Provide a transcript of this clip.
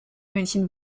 münchen